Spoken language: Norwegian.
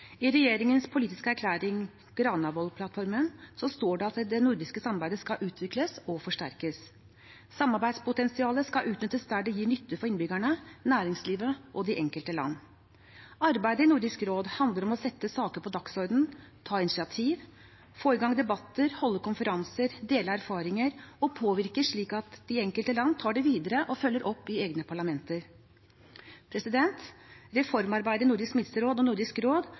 I regjeringens politiske erklæring, Granavolden-plattformen, står det at det nordiske samarbeidet skal utvikles og forsterkes. Samarbeidspotensialet skal utnyttes der det gir nytte for innbyggerne, næringslivet og de enkelte land. Arbeidet i Nordisk råd handler om å sette saker på dagsordenen, ta initiativ, få i gang debatter, holde konferanser, dele erfaringer og påvirke slik at de enkelte land tar det videre og følger det opp i sine egne parlamenter. Reformarbeidet i Nordisk ministerråd og Nordisk råd